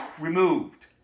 removed